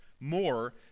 more